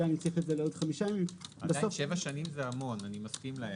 לאחרת אין מידע שעובר מאפליקציה אחת לאחרת.